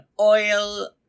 oil